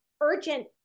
urgent